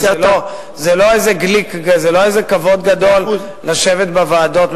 זה לא איזה כבוד גדול לשבת בוועדות.